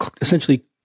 essentially